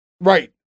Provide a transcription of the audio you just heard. right